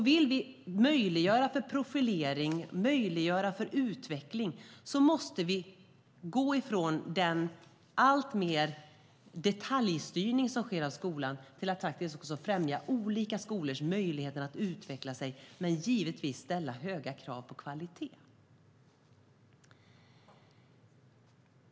Vill vi möjliggöra för profilering och för utveckling måste vi gå från alltmer av den detaljstyrning som sker av skolan till att faktiskt också främja olika skolors möjligheter att utvecklas. Men vi ska givetvis ställa höga krav på kvalitet.